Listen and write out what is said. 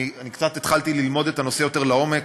אני התחלתי קצת ללמוד את הנושא יותר לעומק.